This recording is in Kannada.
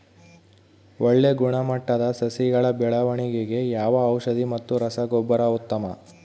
ಒಳ್ಳೆ ಗುಣಮಟ್ಟದ ಸಸಿಗಳ ಬೆಳವಣೆಗೆಗೆ ಯಾವ ಔಷಧಿ ಮತ್ತು ರಸಗೊಬ್ಬರ ಉತ್ತಮ?